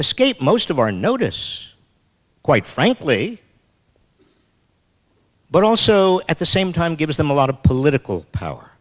escape most of our notice quite frankly but also at the same time gives them a lot of political power